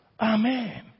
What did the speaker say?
Amen